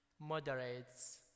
Moderates